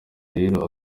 rero